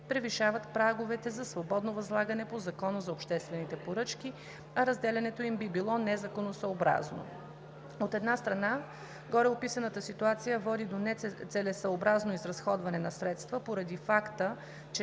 превишава праговете за свободно възлагане по Закона за обществените поръчки, а разделянето им би било незаконосъобразно. От една страна, гореописаната ситуация води до нецелесъобразно изразходване на средства поради факта, че